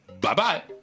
Bye-bye